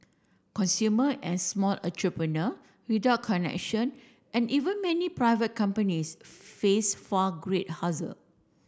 consumer and small entrepreneur without connection and even many private companies face far great hazer